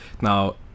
Now